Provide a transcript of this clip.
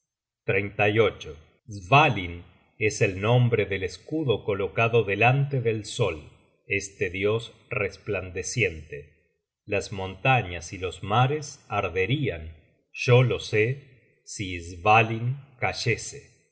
fuelles refrigerantes svalin es el nombre del escudo colocado delante del sol este dios resplandeciente las montañas y los mares arderian yo lo sé si svalin cayese